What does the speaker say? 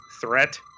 threat